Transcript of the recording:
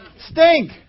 stink